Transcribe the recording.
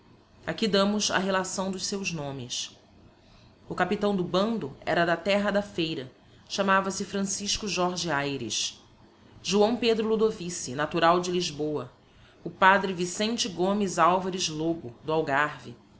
aqui damos a relação dos seus nomes o capitão do bando era da terra da feira chamava-se francisco jorge ayres joão pedro ludovice natural de lisboa o padre vicente gomes alvares lobo do algarve